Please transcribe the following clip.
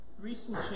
recent